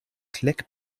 click